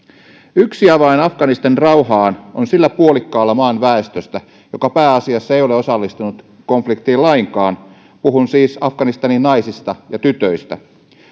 yksi avain afganistanin rauhaan on sillä puolikkaalla maan väestöstä joka pääasiassa ei ole osallistunut konfliktiin lainkaan puhun siis afganistanin naisista ja tytöistä